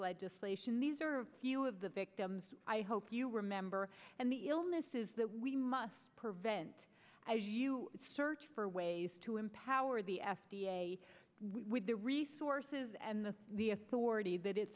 legislation these are a few of the victims i hope you remember and the illnesses that we must prevent search for ways to empower the f d a with the resources and the authority that i